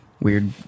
weird